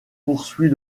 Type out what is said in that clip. poursuit